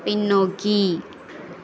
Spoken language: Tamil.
பின்னோக்கி